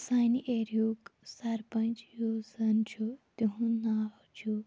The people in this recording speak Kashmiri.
سانہِ ایریُہُک سَرپَنٛچ یُس زَن چھُ تِہُنٛد ناو چھُ